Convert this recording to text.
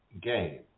game